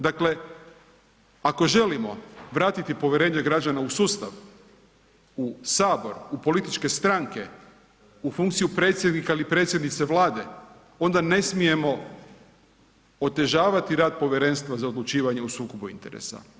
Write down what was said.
Dakle, ako želimo vratiti povjerenje građana u sustav, u sabor, u političke stranke, u funkciju predsjednika ili predsjednice vlade onda ne smijemo otežavati rada Povjerenstva za odlučivanje o sukobu interesa.